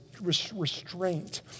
restraint